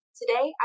Today